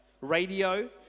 radio